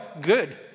good